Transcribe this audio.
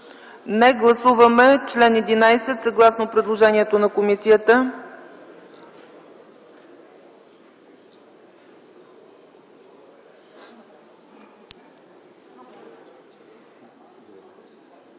Не. Гласуваме чл. 11, съгласно предложението на комисията.